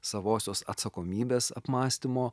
savosios atsakomybės apmąstymo